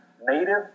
Native